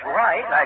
right